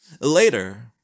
later